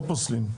לא פוסלים.